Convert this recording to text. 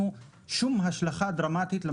שום השלכה דרמטית מבחינת בטיחות המוצר,